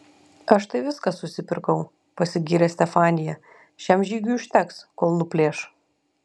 aš tai viską susipirkau pasigyrė stefanija šiam žygiui užteks kol nuplėš